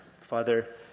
Father